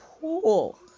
pool